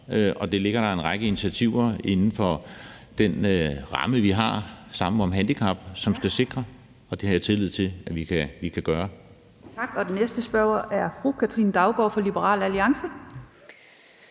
og der ligger en række initiativer inden for den ramme, vi har, nemlig Sammen om handicap, som skal sikre det, og det har jeg tillid til at vi kan gøre.